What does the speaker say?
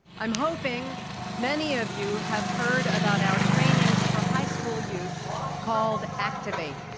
i'm hoping many of you have heard about our trainings for high school youth called activate.